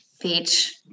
Beach